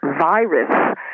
virus